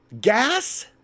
Gas